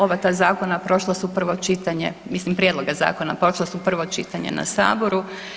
Oba ta zakona prošla su prvo čitanje, mislim prijedloga zakona, prošla su prvo čitanje na Saboru.